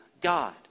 God